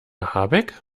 habeck